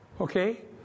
Okay